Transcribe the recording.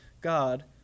God